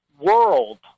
world